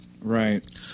Right